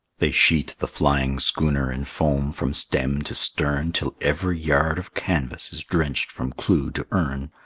they sheet the flying schooner in foam from stem to stern, till every yard of canvas is drenched from clew to ear'n'.